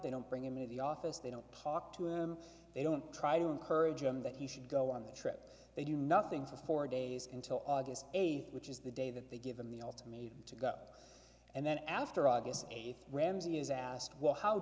they don't bring him into the office they don't pock to him they don't try to encourage him that he should go on the trip they do nothing for four days until august eighth which is the day that they give him the ultimatum to go and then after august eighth ramsey is asked well how